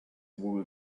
wool